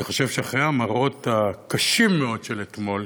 אני חושב שאחרי המראות הקשים מאוד של אתמול,